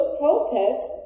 protests